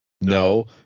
No